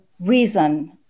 reason